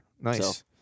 nice